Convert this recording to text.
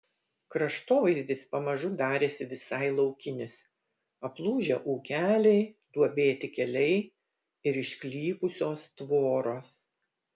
kraštovaizdis pamažu darėsi visai laukinis aplūžę ūkeliai duobėti keliai ir išklypusios tvoros